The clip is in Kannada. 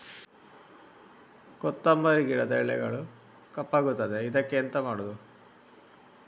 ಕೊತ್ತಂಬರಿ ಗಿಡದ ಎಲೆಗಳು ಕಪ್ಪಗುತ್ತದೆ, ಇದಕ್ಕೆ ಎಂತ ಮಾಡೋದು?